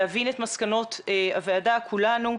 להבין את מסקנות הוועדה כולנו,